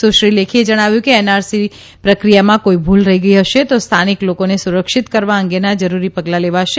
સુશ્રી લેખીએ જણાવ્યું કે એનઆરસી પ્રક્રિથામાં કોઇ ભૂલ રહી ગઇ હશે તો સ્થાનિક લોકોને સુરક્ષિત કરવા અંગેના જરૂરી પગલાં લેવાશે